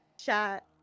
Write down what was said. shot